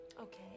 Okay